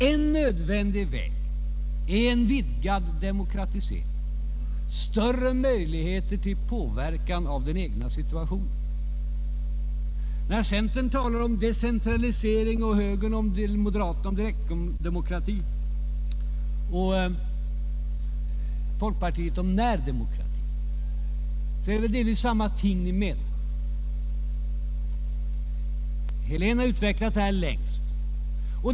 En nödvändig väg är vidgad demokratisering, större möjligheter till påverkan av den egna situationen. När centern talar om decentralisering, de moderata om direktdemokrati och folkpartiet om närdemokrati menar de delvis detsamma. Herr Helén har utvecklat denna tankegång länge.